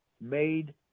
made